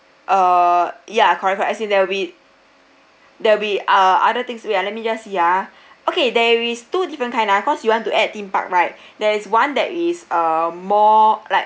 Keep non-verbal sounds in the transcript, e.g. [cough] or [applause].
uh ya correct correct as in there'll be there'll be uh other things wait ah let me just see ah [breath] okay there is two different kind ah cause you want to add theme park right [breath] there is one that is uh more like